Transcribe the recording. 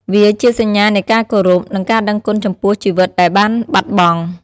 វាជាសញ្ញានៃការគោរព និងការដឹងគុណចំពោះជីវិតដែលបានបាត់បង់។